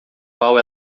qual